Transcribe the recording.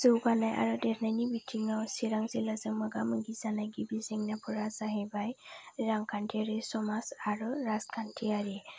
जौगानाय आरो देरनायनि बिथिंआव चिरां जिल्लाजों मोगा मोगि जानाय जेंनाफोरा जाहैबाय रांखान्थियारि समाज आरो राजखान्थियारि